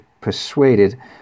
persuaded